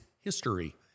history